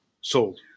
sold